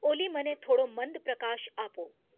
ઓલી મને થોડો મંદ પ્રકાશ આપો